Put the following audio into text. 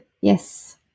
Yes